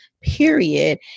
period